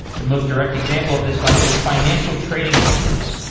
the most direct example of this might be financial trading companies,